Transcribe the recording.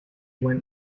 went